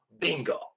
bingo